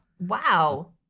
Wow